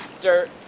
dirt